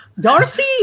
Darcy